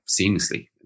seamlessly